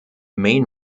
main